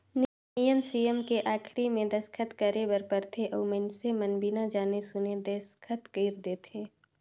नियम सियम के आखरी मे दस्खत करे बर परथे अउ मइनसे मन बिना जाने सुन देसखत कइर देंथे